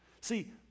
See